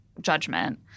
Judgment